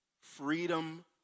freedom